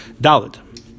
Dalit